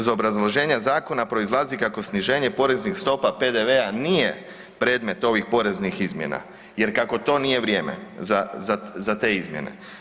Iz obrazloženja zakona proizlazi kako sniženje poreznih stopa PDV-a nije predmet ovih poreznih izmjena, jer kako to nije vrijeme za te izmjene.